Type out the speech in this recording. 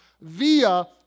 via